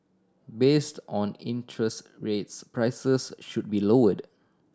based on interest rates prices should be lowered